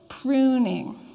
Pruning